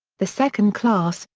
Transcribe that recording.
the second class,